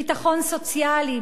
ביטחון סוציאלי,